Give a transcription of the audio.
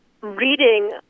reading